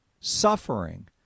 suffering